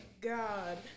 God